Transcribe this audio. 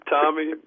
Tommy